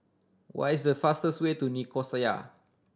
what is the fastest way to Nicosia